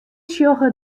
sjogge